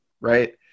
right